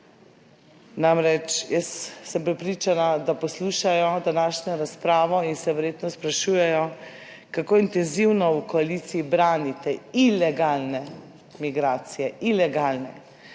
Namreč, jaz sem prepričana, da poslušajo današnjo razpravo in se verjetno sprašujejo kako intenzivno v koaliciji branite ilegalne migracije, ilegalne